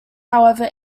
however